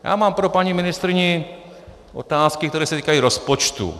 Já mám pro paní ministryni otázky, které se týkají rozpočtu.